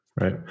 Right